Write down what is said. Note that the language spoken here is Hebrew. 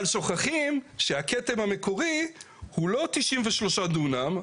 שוכחים שהכתם המקורי הוא לא 93 דונם,